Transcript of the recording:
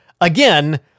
Again